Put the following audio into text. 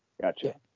Gotcha